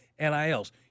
NILs